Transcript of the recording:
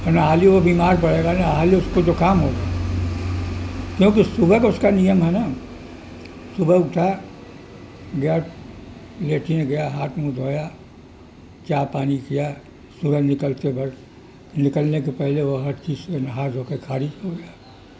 اور نہ حالی وہ بیمار پڑے گا نہ حالی اس کو زکام ہوگا کیونکہ صبح کا اس کا نیم ہے نا صبح اٹھا گیا لیٹرنگ گیا ہاتھ منہ دھویا چائے پانی کیا صبح نکلتے وقت نکلنے کے پہلے وہ ہر چیز سے نہا دھو کے فارغ ہو گیا